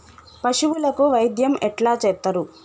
పశువులకు వైద్యం ఎట్లా చేత్తరు?